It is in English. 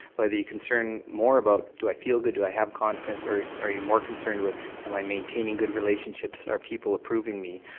whether you're concerned more about do i feel good, do i have confidence or are you more concerned with am i maintaining good relationships, are people approving me?